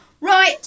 right